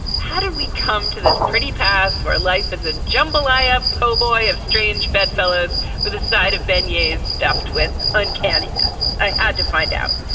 how did we come to this pretty pass for life as a jambalaya? po'boy of strange bedfellows with a side of ben yaya's stuffed with un canniness. i had to find out.